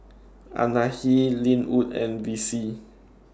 Anahi Linwood and Vicie